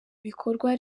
bikorwa